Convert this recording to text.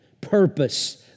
purpose